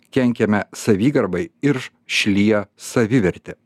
kenkiame savigarbai ir šlyja savivertė